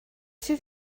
sydd